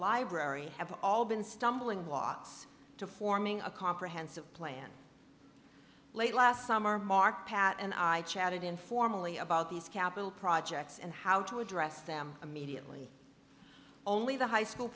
library have all been stumbling watts to forming a comprehensive plan late last summer mark pat and i chatted informally about these capital projects and how to address them immediately only the high school